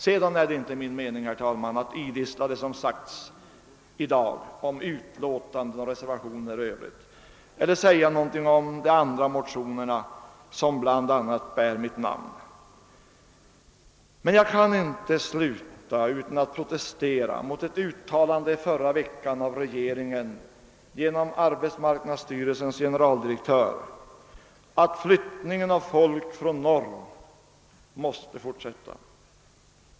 Sedan är det inte min mening att idissla vad som har sagts i dag om utlåtanden och reservationer i övrigt eller säga någonting om de motioner som bl.a. bär mitt namn. Jag kan emellertid inte sluta mitt anförande utan att protestera mot ett uttalande i förra veckan av regeringen genom arbetsmarknadsstyrelsens generaldirektör, att flyttningen av folk från norr måste fortsätta.